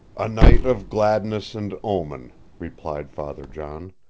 a night of gladness and omen, replied father john.